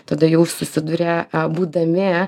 tada jau susiduria būdami